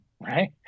Right